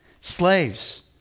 Slaves